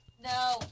No